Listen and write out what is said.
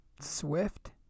swift